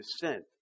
descent